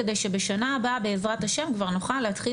כדי שבשנה הבאה בעזרת ה' כבר נוכל להתחיל